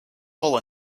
full